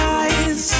eyes